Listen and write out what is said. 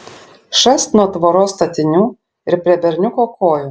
šast nuo tvoros statinių ir prie berniuko kojų